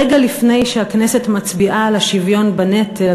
רגע לפני שהכנסת מצביעה על השוויון בנטל,